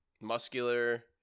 muscular